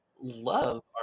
love